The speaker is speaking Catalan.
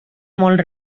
molt